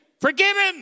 forgiven